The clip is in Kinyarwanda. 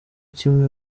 kimwe